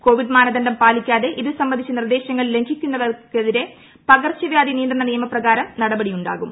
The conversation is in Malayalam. കോ വിഡ് മാനദണ്ഡം പാലിക്കാതെ ഇതുസംബന്ധിച്ച നിർദ്ദേശങ്ങൾ ലംഘിക്കുന്നവർക്കെതിരെ പകർച്ചവ്യാധി നിയന്ത്രണ നിയമപ്രകാരം നടപടിയുണ്ടാകും